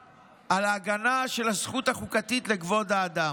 בהגנה על הזכות החוקתית לכבוד האדם.